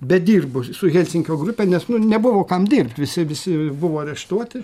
bet dirbu su helsinkio grupe nes nu nebuvo kam dirbt visi visi buvo areštuoti